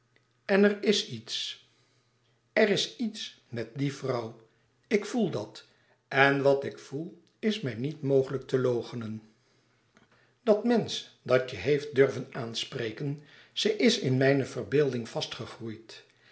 en er is iets er is iets met die vrouw ik voel dat en wat ik voel is mij niet mogelijk te loochenen dat mensch dat je heeft durven aanspreken ze is in mijne verbeelding